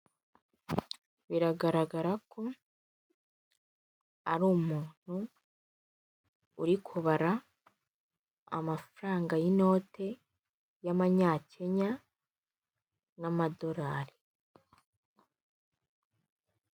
Biragaragara ko ari umuntu uri kubara amafaranga y'inote y'amanyakenya na madorari.